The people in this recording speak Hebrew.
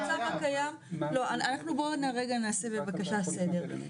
בואו רגע נעשה בבקשה סדר.